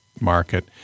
market